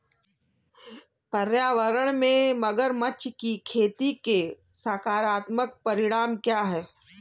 पर्यावरण में मगरमच्छ की खेती के सकारात्मक परिणाम क्या हैं?